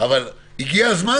אבל הגיע הזמן